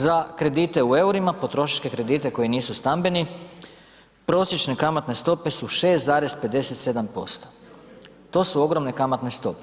Za kredite u EUR-ima, potrošačke kredite koji nisu stambeni prosječne kamatne stope su 6,57%, to su ogromne kamatne stope.